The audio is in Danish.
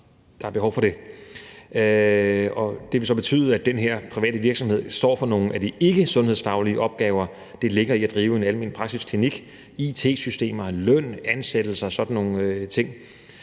der er behov for det. Det vil så betyde, at den her private virksomhed står for nogle af de ikkesundhedsfaglige opgaver, der ligger i at drive en almenpraksisklinik: it-systemer, løn, ansættelser og sådan nogle ting.